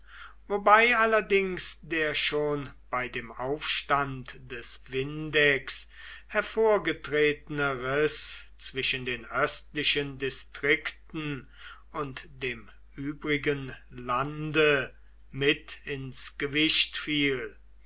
wobei allerdings der schon bei dem aufstand des vindex hervorgetretene riß zwischen den östlichen distrikten und dem übrigen lande mit ins gewicht fiel